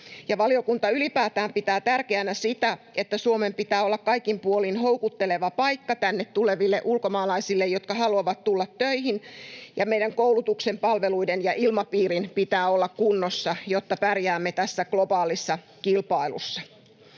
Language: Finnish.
Valiokunta ylipäätään pitää tärkeänä sitä, että Suomen pitää olla kaikin puolin houkutteleva paikka tänne tuleville ulkomaalaisille, jotka haluavat tulla töihin, ja meidän koulutuksen, palveluiden ja ilmapiirin pitää olla kunnossa, jotta pärjäämme tässä globaalissa kilpailussa.